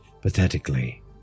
pathetically